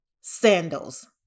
sandals